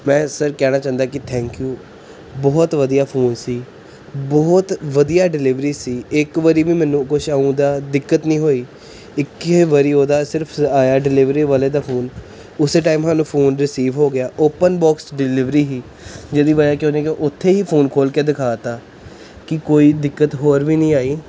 ਮੈਂ ਸਰ ਕਹਿਣਾ ਚਾਹੁੰਦਾ ਕਿ ਥੈਂਕ ਯੂ ਬਹੁਤ ਵਧੀਆ ਫੋਨ ਸੀ ਬਹੁਤ ਵਧੀਆ ਡਿਲੀਵਰੀ ਸੀ ਇੱਕ ਵਾਰ ਵੀ ਮੈਨੂੰ ਕੁਛ ਆਉਂਦਾ ਦਿੱਕਤ ਨਹੀਂ ਹੋਈ ਇੱਕ ਵਾਰ ਉਹਦਾ ਸਿਰਫ਼ ਆਇਆ ਡਿਲੀਵਰੀ ਵਾਲੇ ਦਾ ਫੋਨ ਉਸ ਟਾਈਮ ਸਾਨੂੰ ਫੋਨ ਰਿਸੀਵ ਹੋ ਗਿਆ ਓਪਨ ਬੋਕਸ ਡਿਲੀਵਰੀ ਸੀ ਜਿਹਦੀ ਬਾਇਆ ਕਿ ਉਹਨੇ ਕਿਹਾ ਉੱਥੇ ਹੀ ਫੋਨ ਖੋਲ੍ਹ ਕੇ ਦਿਖਾ ਤਾ ਕਿ ਕੋਈ ਦਿੱਕਤ ਹੋਰ ਵੀ ਨਹੀਂ ਆਈ